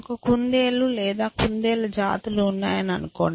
ఒక కుందేలు లేదా కుందేలు జాతులు ఉన్నాయని అనుకుందాం